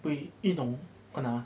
被一种看啊